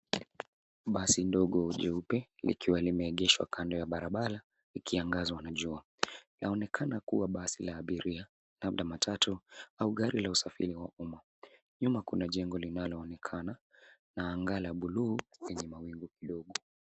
Basi dogo jeupe likiwa limeegeshwa kando ya barabara likiangazwa na jua, linaonekana kuwa basi la abiria labda matatu au gari la usafiri wa uma. Nyuma kuna jengo linaloonekana n anga la buluu yenye mawingu.